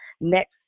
next